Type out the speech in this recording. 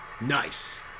Nice